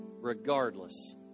regardless